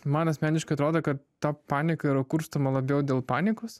man asmeniškai atrodo kad ta panika yra kurstoma labiau dėl panikos